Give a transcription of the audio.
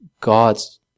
God's